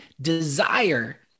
desire